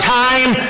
time